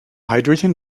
hydrogen